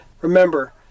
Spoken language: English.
Remember